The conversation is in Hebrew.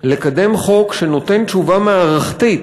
לקדם חוק שנותן תשובה מערכתית